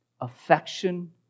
affection